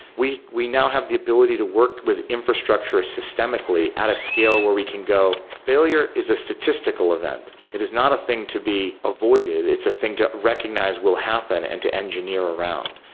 we we now have the ability to work with infrastructure systemically at a scale where we can go, failure is a statistical event. it is not a thing to be avoided. it's the thing to recognize will happen and to engineer around.